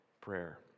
prayer